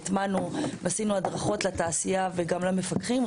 הטמענו ועשינו הדרכות לתעשייה ולמפקחים,